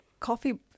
Coffee